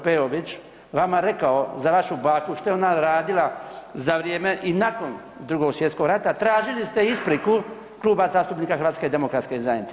Peović vama rekao za vašu baku što je ona radila za vrijeme i nakon Drugog svjetskog rata, tražili ste ispriku Kluba zastupnika HDZ-a.